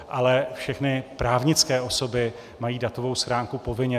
Ale všechny právnické osoby mají datovou schránku povinně.